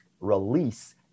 release